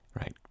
right